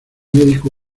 médico